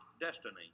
destiny